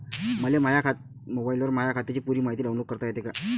मले माह्या मोबाईलवर माह्या खात्याची पुरी मायती डाऊनलोड करता येते का?